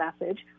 message